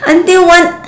until one